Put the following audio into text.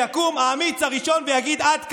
שיקום האמיץ הראשון ויגיד: עד כאן.